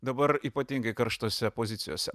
dabar ypatingai karštose pozicijose